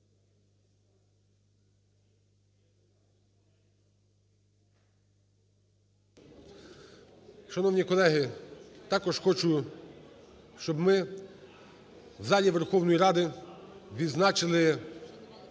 Шановні колеги! Також хочу, щоб ми в залі Верховної Ради відзначили,